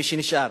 מי שנשאר,